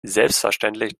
selbstverständlich